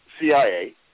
CIA